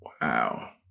Wow